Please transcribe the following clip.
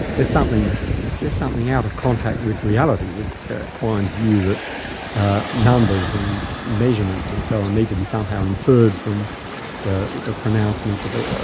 there's something there's something out of contact with reality, with quine's view that numbers and measurements and so on need to be somehow inferred from the the pronouncements of a